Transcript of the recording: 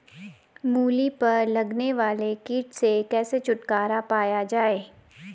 मूली पर लगने वाले कीट से कैसे छुटकारा पाया जाये?